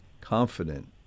confident